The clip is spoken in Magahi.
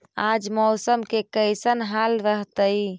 आज मौसम के कैसन हाल रहतइ?